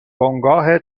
بنگاه